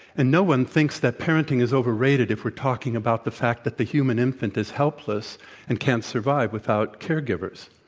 and no one thinks that parenting is overrated if we're talking about the fact that the human infant is helpful and can't survive without caregivers.